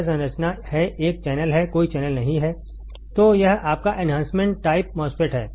यह संरचना है एक चैनल है कोई चैनल नहीं है तो यह आपका एन्हांसमेंट टाइप MOSFET है